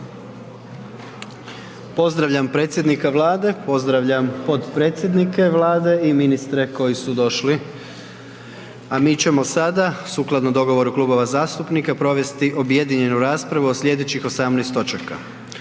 Pozdravljam predsjednika Vlade, pozdravljam potpredsjednike Vlade i ministre koji su došli, a mi ćemo sad sukladno dogovoru klubova zastupnika provesti objedinjenu raspravu o slijedećih 18 točaka: